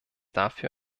dafür